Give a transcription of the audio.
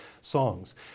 songs